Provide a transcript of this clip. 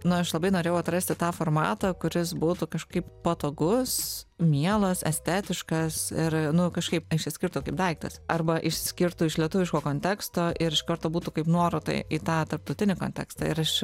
nu aš labai norėjau atrasti tą formatą kuris būtų kažkaip patogus mielas estetiškas ir nu kažkaip išsiskirtų kaip daiktas arba išsiskirtų iš lietuviško konteksto ir iš karto būtų kaip nuoroda į tą tarptautinį kontekstą ir aš